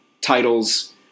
titles